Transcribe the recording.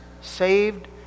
saved